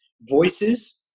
voices